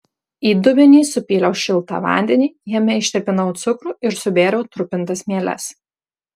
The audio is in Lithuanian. į dubenį supyliau šiltą vandenį jame ištirpinau cukrų ir subėriau trupintas mieles